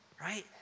Right